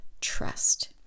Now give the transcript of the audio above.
trust